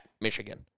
Michigan